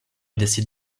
décide